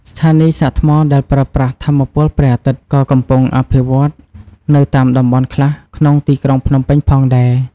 ស្ថានីយ៍សាកថ្មដែលប្រើថាមពលព្រះអាទិត្យ ក៏កំពុងអភិវឌ្ឍនៅតាមតំបន់ខ្លះក្នុងទីក្រុងភ្នំពេញផងដែរ។